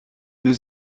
new